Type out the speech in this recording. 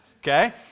Okay